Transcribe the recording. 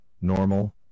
Normal